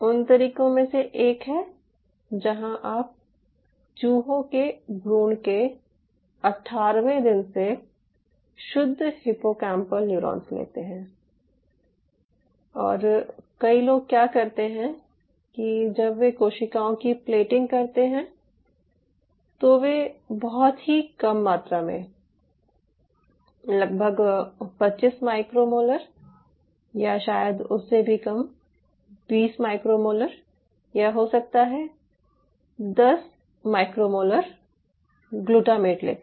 उन तरीकों में से एक है जहां आप चूहों के भ्रूण के 18वें दिन से शुद्ध हिप्पोकैम्पल न्यूरॉन लेते हैं और कई लोग क्या करते हैं कि जब वे कोशिकाओं की प्लेटिंग करते हैं तो वे बहुत ही कम मात्रा में लगभग 25 माइक्रोमोलर या शायद उससे भी कम 20 माइक्रो मोलर या हो सकता है 10 माइक्रो मोलर ग्लूटामेट लेते हैं